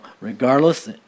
regardless